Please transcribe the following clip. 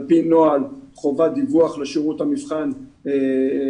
על פי נוהל יש חובת דיווח לשירות המבחן ולרווחה,